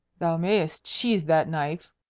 thou mayest sheathe that knife,